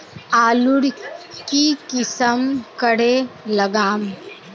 आलूर की किसम करे लागम?